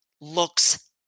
looks